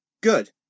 Good